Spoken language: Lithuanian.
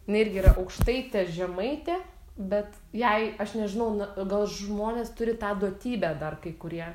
jinai irgi yra aukštaitė žemaitė bet jai aš nežinau na gal žmonės turi tą duotybę dar kai kurie